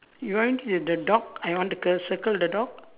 you want to the dog are you want to ~cle circle the dog